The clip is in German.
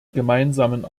gemeinsamen